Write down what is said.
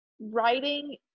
writing